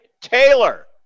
Taylor